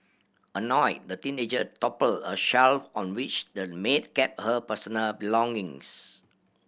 annoyed the teenager toppled a shelf on which the maid kept her personal belongings